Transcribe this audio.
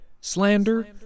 Slander